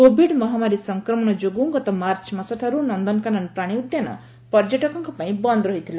Covid ମହାମାରୀ ସଂକ୍ରମଣ ଯୋଗୁଁ ଗତ ମାର୍ଚ୍ଚ ମାସଠାରୁ ନନକାନନ ପ୍ରାଶୀ ଉଦ୍ୟାନ ପର୍ଯ୍ୟଟକଙ୍କ ପାଇଁ ବନ୍ଦ୍ ରହିଥିଲା